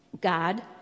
God